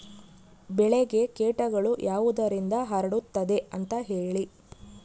ಬೆಳೆಗೆ ಕೇಟಗಳು ಯಾವುದರಿಂದ ಹರಡುತ್ತದೆ ಅಂತಾ ಹೇಳಿ?